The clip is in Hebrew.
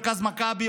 מרכז מכבי,